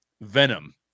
Venom